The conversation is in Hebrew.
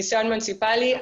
ניסיון מוניציפאלי.